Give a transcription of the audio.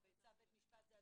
צו בית משפט?